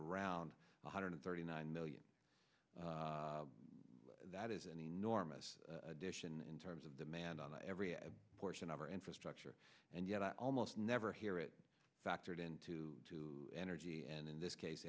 around one hundred thirty nine million that is an enormous addition in terms of demand on every a portion of our infrastructure and yet i almost never hear it factored into to energy and in this case